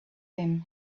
him